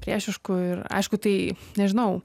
priešišku ir aišku tai nežinau